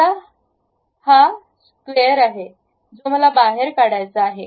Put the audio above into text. आता हा स्क्वेअर आहे जो मला बाहेर काढायचा आहे